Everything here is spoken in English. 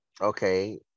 okay